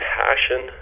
passion